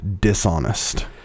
dishonest